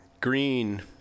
Green